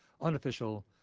unofficial